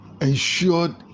ensured